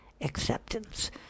acceptance